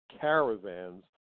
caravans